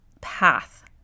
path